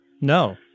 no